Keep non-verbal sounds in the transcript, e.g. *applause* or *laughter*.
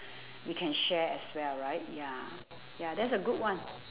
*breath* we can share as well right ya ya that's a good one